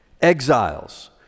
exiles